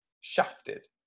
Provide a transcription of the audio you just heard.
shafted